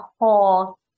whole